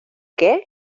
qué